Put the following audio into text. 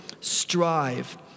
strive